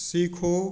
सीखो